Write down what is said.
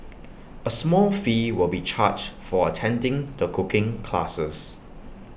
A small fee will be charged for attending the cooking classes